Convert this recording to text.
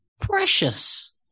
precious